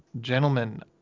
Gentlemen